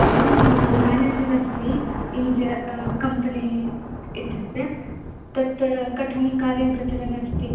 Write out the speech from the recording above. अहं मेनेजर् अस्मि इन्ज कम्पेनी एतस्य तत् कथं कार्यं प्रचलत् अस्ति